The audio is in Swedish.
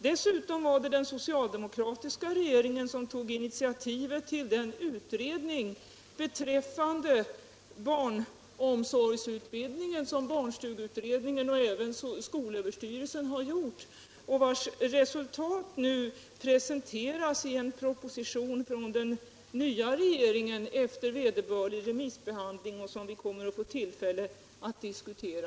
Dessutom var det den socialdemokratiska regeringen som tog initiativet till den utredning beträffande barnomsorgsutbildningen som barnstugeutredningen och även skolöverstyrelsen gjort och vars resultat nu presenterats i en proposition från den nya regeringen efter vederbörlig remissbehandling. Den propositionen kommer vi senare att få tillfälle att diskutera.